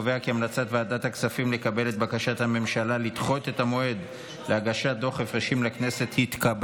בדבר קבלת בקשת הממשלה לדחות את המועד להגשת דוח הפרשים לכנסת בהתאם